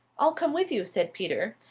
i'll come with you, said peter.